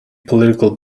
political